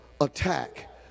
attack